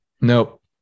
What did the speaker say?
Nope